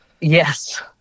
Yes